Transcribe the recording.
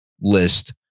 list